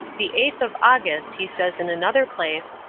the eighth of august, he says in another place,